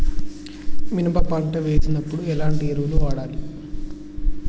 మినప పంట వేసినప్పుడు ఎలాంటి ఎరువులు వాడాలి?